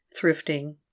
Thrifting